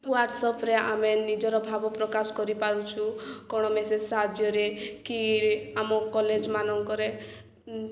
ହ୍ୱାଟସ୍ଆପ୍ରେ ଆମେ ନିଜର ଭାବ ପ୍ରକାଶ କରିପାରୁଛୁ କ'ଣ ମେସେଜ ସାହାଯ୍ୟରେ କି ଆମ କଲେଜ୍ ମାନଙ୍କରେ